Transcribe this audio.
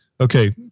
okay